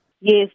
Yes